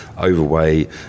overweight